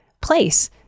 place